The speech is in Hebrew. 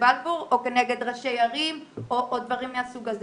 בבלפור או כנגד ראשי ערים ודברים מהסוג הזה.